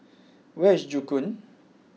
where is Joo Koon